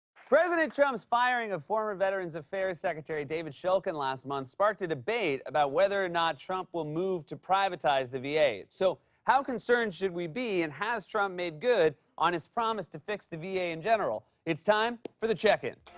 president trump's firing of former veterans affairs secretary david shulkin last month sparked a debate about whether or not trump will move to privatize the va. so how concerned should we be, and has trump made good on his promise to fix the va in general? it's time for the check in.